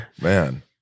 Man